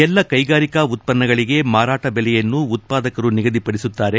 ಎಲ್ಲಾ ಕೈಗಾರಿಕಾ ಉತ್ಪನ್ನಗಳಿಗೆ ಮಾರಾಟ ದೆಲೆಯನ್ನು ಉತ್ಪಾದಕರು ನಿಗದಿಪಡಿಸುತ್ತಾರೆ